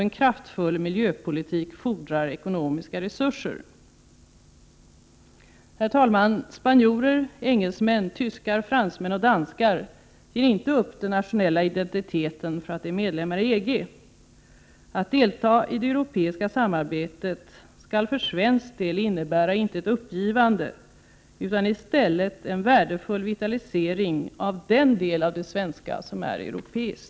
En kraftfull miljöpolitik fordrar ekonomiska resurser. Herr talman! Spanjorer, engelsmän, tyskar, fransmän och danskar ger inte upp den nationella identiteten för att de är medlemmar i EG. Att delta i det europeiska samarbetet skall för svensk del innebära inte ett uppgivande av det svenska utan i stället en värdefull vitalisering av den del av det svenska som är europeisk.